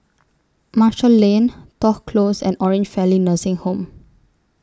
Marshall Lane Toh Close and Orange Valley Nursing Home